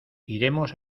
iremos